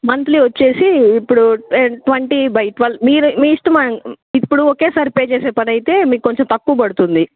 monthly వచ్చేసి ఇప్పుడు twenty by twelve మీరు మీ ఇష్టం ఇప్పుడు ఒకేసారి పే చేసే పని అయితే మీకు కొంచెం తక్కువ పడుతుంది